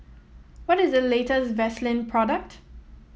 what is the latest Vaselin product